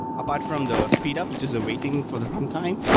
apart from the speed up, which is waiting for the front time,